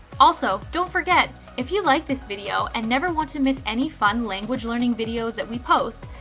also, don't forget, if you like this video and never want to miss any fun language learning videos that we post,